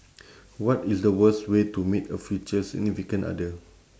what is the worst way to meet a future significant other